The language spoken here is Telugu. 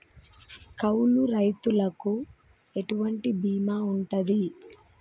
కౌలు రైతులకు ఎటువంటి బీమా ఉంటది?